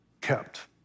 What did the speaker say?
kept